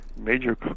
major